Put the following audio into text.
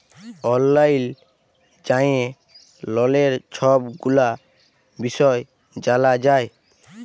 অললাইল যাঁয়ে ললের ছব গুলা বিষয় জালা যায়